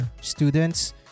students